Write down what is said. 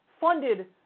funded